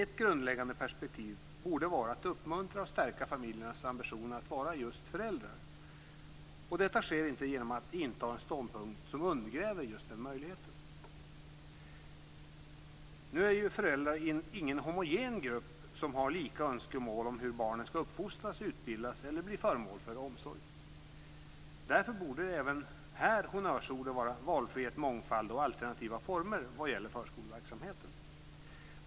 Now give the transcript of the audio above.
Ett grundläggande perspektiv borde vara att uppmuntra och stärka föräldrarnas ambitioner att vara just föräldrar, och detta sker inte genom att inta en ståndpunkt som undergräver den möjligheten. Därför borde även här honnörsorden vara valfrihet, mångfald och alternativa former vad gäller förskoleverksamheten.